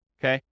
okay